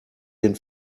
den